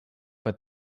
but